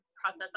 process